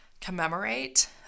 commemorate